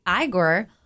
Igor